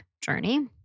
journey